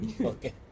okay